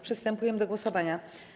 Przystępujemy do głosowania.